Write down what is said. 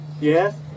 Yes